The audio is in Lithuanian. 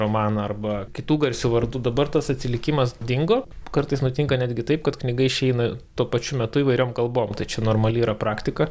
romaną arba kitų garsių vardų dabar tas atsilikimas dingo kartais nutinka netgi taip kad knyga išeina tuo pačiu metu įvairiom kalbom tai čia normali yra praktika